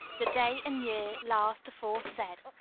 the day and year last aforesaid.